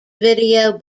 video